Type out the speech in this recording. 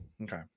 Okay